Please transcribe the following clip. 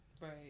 Right